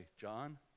John